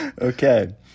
Okay